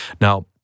Now